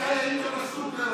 מתי היית בסופר לאחרונה?